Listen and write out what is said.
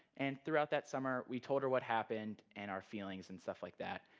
and throughout that summer we told her what happened and our feelings and stuff like that.